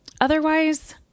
Otherwise